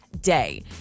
day